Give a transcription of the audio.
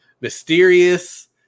mysterious